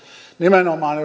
nimenomaan